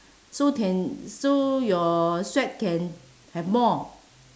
so can so your sweat can have more